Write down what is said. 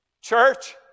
church